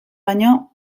baino